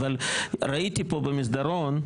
אבל ראיתי פה במסדרון,